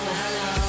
hello